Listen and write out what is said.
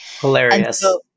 Hilarious